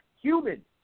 human